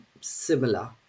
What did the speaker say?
similar